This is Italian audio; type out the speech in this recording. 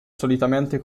solitamente